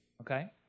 okay